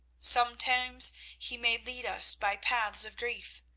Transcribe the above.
sometimes he may lead us by paths of grief,